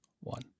one